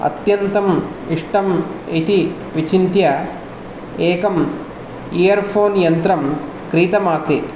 अत्यन्तं इष्टम् इति विचिन्त्य एकं इयर् फ़ोन् यन्त्रं क्रीतमासीत्